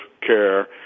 care